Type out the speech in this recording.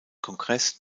kongress